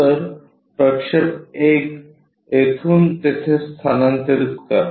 तर प्रक्षेप 1 येथून तेथे स्थानांतरित करा